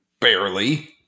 Barely